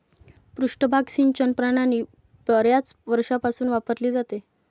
पृष्ठभाग सिंचन प्रणाली बर्याच वर्षांपासून वापरली जाते